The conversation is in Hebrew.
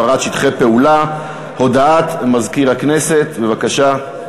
הודעה מזכיר הכנסת, בבקשה.